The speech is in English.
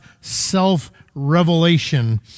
self-revelation